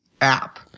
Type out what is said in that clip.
app